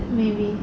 and maybe